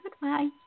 goodbye